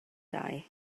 dau